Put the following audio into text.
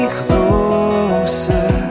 closer